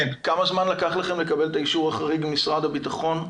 כמה זמן לקח לכם לקבל את האישור החריג ממשרד הביטחון?